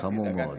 חמור מאוד.